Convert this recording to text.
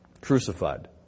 crucified